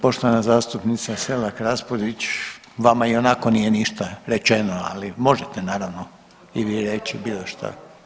Poštovana zastupnica Selak Raspudić, vama ionako nije ništa rečeno, ali možete naravno i vi reći bilo šta.